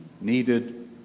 needed